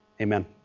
Amen